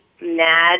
mad